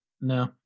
no